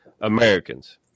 Americans